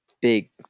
big